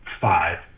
five